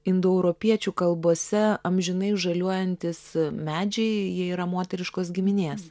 indoeuropiečių kalbose amžinai žaliuojantys medžiai jie yra moteriškos giminės